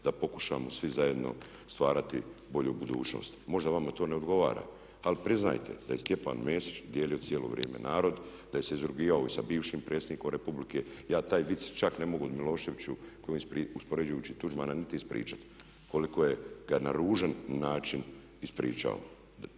da pokušamo svi zajedno stvarati bolju budućnost. Možda vama to ne odgovara, ali priznajte da je Stjepan Mesić dijelio cijelo vrijeme narod, da se izrugivao i sa bivšim predsjednikom Republike. Ja taj vic čak ne mogu o Miloševiću koji uspoređujući Tuđmana niti ispričati koliko ga je na ružan način ispričao.